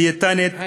דיאטניות,